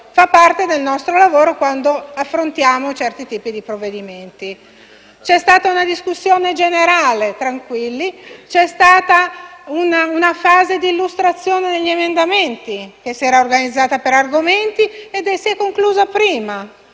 Fa parte del nostro lavoro quando affrontiamo certi tipi di provvedimenti. C'è stata una discussione generale, tranquilli; c'è stata una fase di illustrazione degli emendamenti, che si è organizzata per argomenti e che si è conclusa prima,